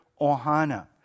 ohana